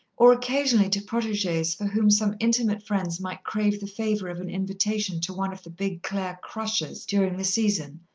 or occasionally to proteges for whom some intimate friends might crave the favour of an invitation to one of the big clare crushes during the season,